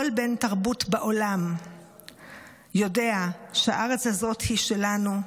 כל בן תרבות בעולם יודע שהארץ הזאת היא שלנו,